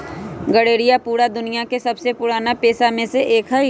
गरेड़िया पूरा दुनिया के सबसे पुराना पेशा में से एक हई